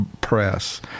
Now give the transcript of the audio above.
Press